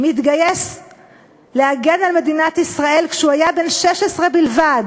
מתגייס להגן על מדינת ישראל כשהוא בן 16 בלבד,